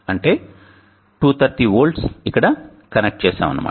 అంటే 230V ఇక్కడ connect చేశాము అన్నమాట